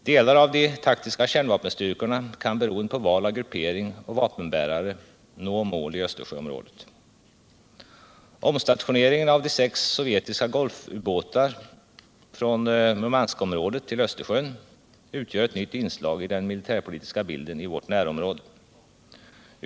Delar av de taktiska kärnvapenstyrkorna kan beroende på val av grupperingar och vapenbärare nå mål i Östersjöområdet. Omstationeringen av sex sovjetiska Golfubåtar från Murmanskområdet till Östersjön utgör ett nytt inslag i den militärpolitiska bilden i vårt närområde.